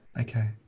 okay